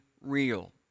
real